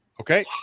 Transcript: Okay